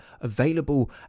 available